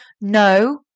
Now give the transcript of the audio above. No